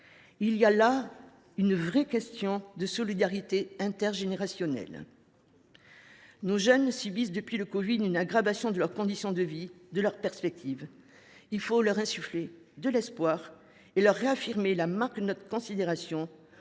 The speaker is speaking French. Il y a là une vraie question de solidarité intergénérationnelle. Nos jeunes subissent depuis le covid 19 une aggravation de leurs conditions de vie et des perspectives assombries. Il faut leur insuffler de l’espoir et leur réaffirmer notre considération